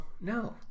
No